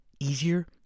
Easier